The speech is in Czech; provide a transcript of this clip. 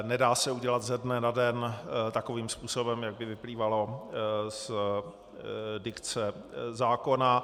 Nedá se udělat ze dne na den takovým způsobem, jak by vyplývalo z dikce zákona.